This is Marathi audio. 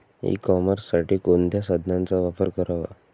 ई कॉमर्ससाठी कोणत्या साधनांचा वापर करावा?